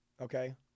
okay